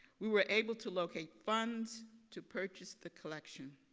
we were able to locate funds to purchase the collection.